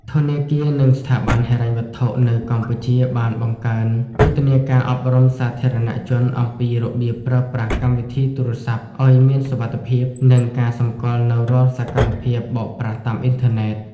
ធនាគារ និងស្ថាប័នហិរញ្ញវត្ថុនៅកម្ពុជាបានបង្កើនយុទ្ធនាការអប់រំសាធារណជនអំពីរបៀបប្រើប្រាស់កម្មវិធីទូរស័ព្ទឱ្យមានសុវត្ថិភាព និងការសម្គាល់នូវរាល់សកម្មភាពបោកប្រាស់តាមអ៊ីនធឺណិត។